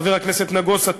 חבר הכנסת נגוסה,